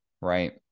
right